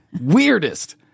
weirdest